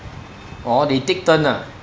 oh they take turn ah